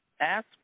ask